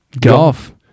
Golf